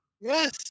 yes